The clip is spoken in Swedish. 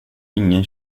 ingen